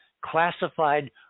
classified